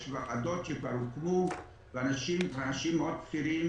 יש ועדות שכבר הוקמו ואנשים מאוד בכירים